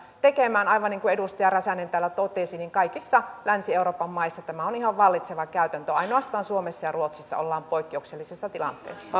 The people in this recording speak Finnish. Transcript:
tekemään aivan niin kuin edustaja räsänen täällä totesi kaikissa länsi euroopan maissa tämä on ihan vallitseva käytäntö ainoastaan suomessa ja ruotsissa ollaan poikkeuksellisessa tilanteessa